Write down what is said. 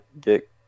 get